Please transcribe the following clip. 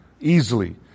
easily